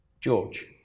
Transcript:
George